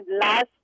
last